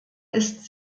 ist